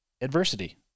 adversity